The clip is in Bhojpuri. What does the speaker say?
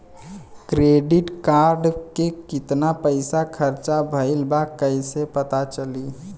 क्रेडिट कार्ड के कितना पइसा खर्चा भईल बा कैसे पता चली?